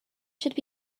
should